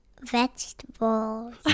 vegetables